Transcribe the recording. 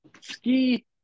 Ski